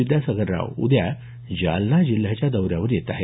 विद्यासागर राव उद्या जालना जिल्ह्याच्या दौऱ्यावर येत आहेत